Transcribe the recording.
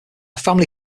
family